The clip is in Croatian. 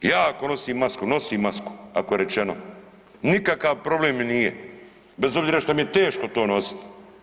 Ja ako nosim masku, nosim masku ako je rečeno, nikakav problem mi nije bez obzira što mi je teško to nositi.